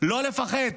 לא לפחד.